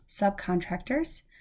subcontractors